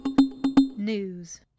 News